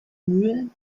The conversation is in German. mühe